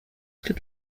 could